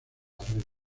arreglo